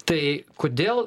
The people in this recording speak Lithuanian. tai kodėl